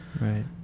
right